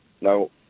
No